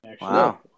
Wow